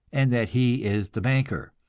and that he is the banker,